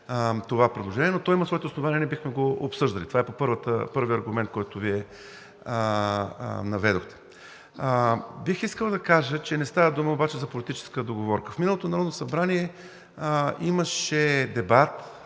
това предложение, но то има своето основание и ние бихме го обсъждали. Това е по първия аргумент, който Вие наведохте. Бих искал да кажа, че не става дума обаче за политическа договорка. В миналото Народно събрание имаше дебат